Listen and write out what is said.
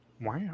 Wow